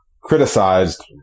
criticized